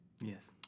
Yes